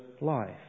life